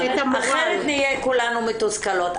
אחרת נהיה כולנו מתוסכלות.